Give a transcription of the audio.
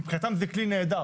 מבחינתם זה כלי נהדר